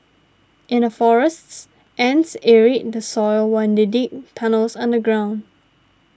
in the forests ants aerate the soil when they dig tunnels underground